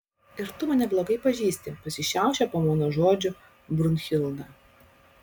ir tu mane blogai pažįsti pasišiaušia po mano žodžių brunhilda